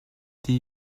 des